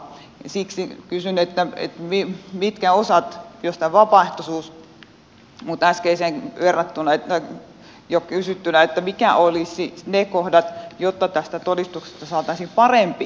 siksi kysyn että jos olisi tämä vapaaehtoisuus niin mitkä olisivat äskeiseen verrattuna ne kohdat jotta tästä todistuksesta saataisiin parempi kuin nyt tähän mennessä